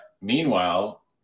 Meanwhile